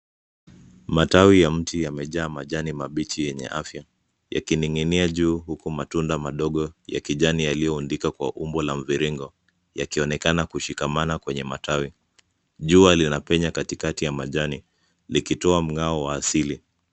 Matawi ya mti yamejaa majani mabichi yenye afya, yakining'inia juu huku matunda madogo ya kijani yaliyoundika kwa umbo mviringo yakionekana kushikamana kwenye matawi. Jua linapenya katikati ya majani likitoa mng'ao wa asili.